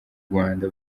rwanda